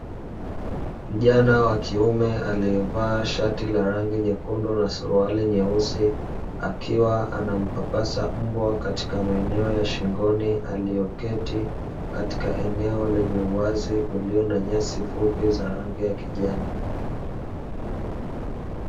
Kijana wa kiume aliyevaa shati la rangi nyekundu na suruali nyeusi, akiwa anampapasa mbwa katika maeneo ya shingoni, alioketi katika eneo lenye uwazi ulio na nyasi fupi za rangi ya kijani.